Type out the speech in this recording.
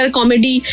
comedy